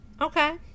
Okay